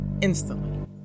instantly